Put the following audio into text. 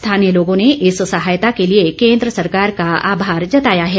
स्थानीय लोगों ने इस सहायता के लिए केन्द्र सरकार का आभार जताया है